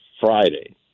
Friday